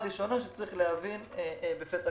בכל